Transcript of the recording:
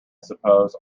suppose